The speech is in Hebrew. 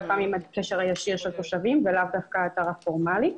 פעמים הוא הקשר הישיר של התושבים ולאו דווקא האתר הפורמלי.